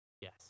Yes